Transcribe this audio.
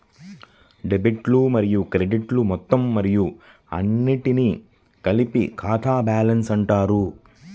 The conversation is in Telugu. డెబిట్లు మరియు క్రెడిట్లు మొత్తం మరియు అన్నింటినీ కలిపి ఖాతా బ్యాలెన్స్ అంటారు